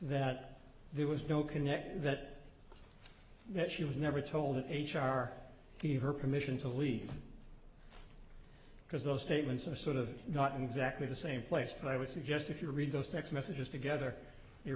that there was no connection that that she was never told that h r gave her permission to leave because those statements are sort of not exactly the same place but i would suggest if you read those text messages together you